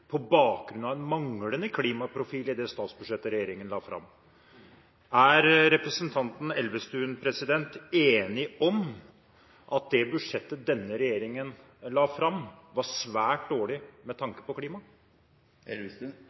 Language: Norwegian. på grunn av den manglende klimaprofilen i det statsbudsjettet regjeringen la fram. Da er mitt spørsmål: Er representanten Elvestuen enig i at det budsjettet denne regjeringen la fram, var svært dårlig med tanke på klima?